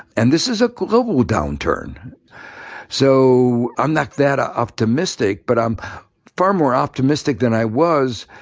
and this is a global downturn so i'm not that ah optimistic, but i'm far more optimistic than i was,